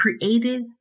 created